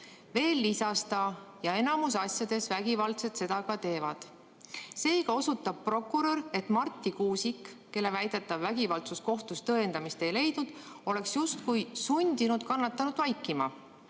Veel lisas ta, et enamikus asjades vägivaldsed seda ka teevad. Seega osutab prokurör, et Marti Kuusik, kelle väidetav vägivaldsus kohtus tõendamist ei leidnud, oleks justkui sundinud kannatanut vaikima.